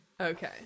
okay